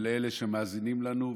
שמאזינים לנו,